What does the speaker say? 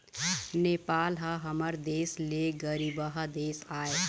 नेपाल ह हमर देश ले गरीबहा देश आय